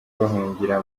bahungira